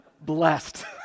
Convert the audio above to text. Blessed